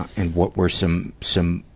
and what were some, some,